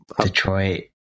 Detroit